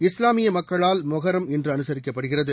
இஸ்லாமிய மக்களால் மொகரம் இன்று அனுசரிக்கப்படுகிறது